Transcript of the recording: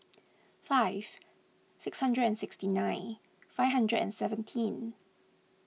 five six hundred and sixty nine five hundred and seventeen